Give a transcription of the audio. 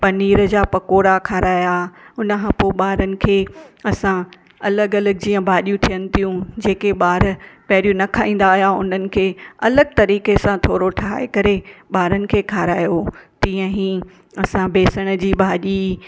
पनीर जा पकौड़ा खाराया उन खां पोइ ॿारनि खे असां अलॻि अलॻि जीअं भाॼियूं ठहिनि थियूं जेके ॿार पहिरियों न खाईंदा हुआ उन्हनि खे अलॻि तरीक़े सां थोरो ठाहे करे ॿारनि खे खारायो तीअं ही असां बेसण जी भाॼी